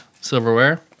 silverware